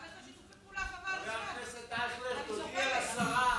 היו לך שיתופי פעולה, חבל על הזמן.